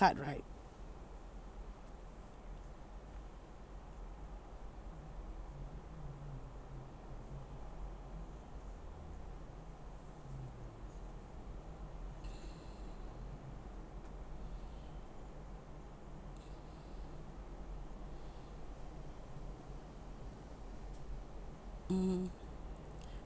card right mm